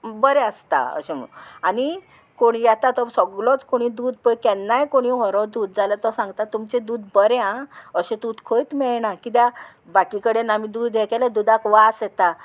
बरें आसता अशें म्हणून आनी कोण येता तो सगळोच कोणी दूद पय केन्नाय कोणी व्हरों दूद जाल्यार तो सांगता तुमचें दूद बरें आं अशें दूद खंयच मेळना कित्याक बाकी कडेन आमी दूद हें केलें दुदाक वास येता